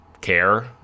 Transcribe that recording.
care